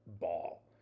ball